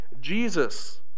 Jesus